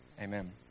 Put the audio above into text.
Amen